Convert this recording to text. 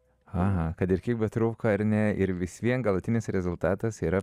aha kad ir kiek betrūko ar ne ir vis vien galutinis rezultatas yra